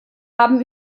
haben